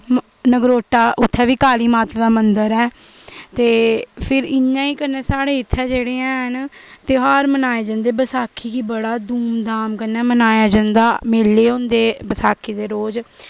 नगरोटा उत्थै बी काली माता दा मंदर ऐ ते फिर इ'यां ई साढ़ै इत्थै जेह्ड़ियां हैन ध्यार मनाए जंदे न बसाखी धूम धाम कन्नै मनाया जंदा मेले होंदे बसाखी दे रोज